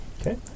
Okay